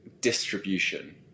distribution